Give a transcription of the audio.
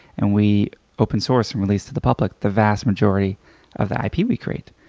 and we open-source released to the public the vast majority of the ipe we create.